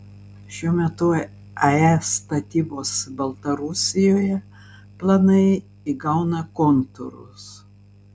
šiuo metu ae statybos baltarusijoje planai įgauna kontūrus